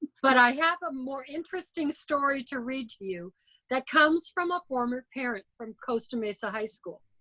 but i have a more interesting story to read to you that comes from a former parent from costa mesa high school.